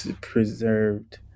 preserved